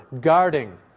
Guarding